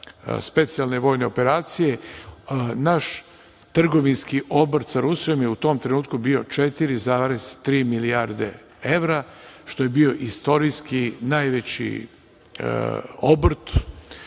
specijalne vojne operacije. Naš trgovinski obrt sa Rusijom je u tom trenutku bio 4,3 milijarde evra, što je bio istorijski najveći obrt.